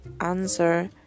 answer